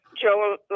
Joe